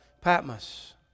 Patmos